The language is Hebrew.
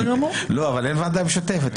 למה אין ועדה משותפת?